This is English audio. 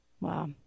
Wow